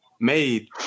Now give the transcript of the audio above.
made